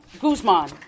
Guzman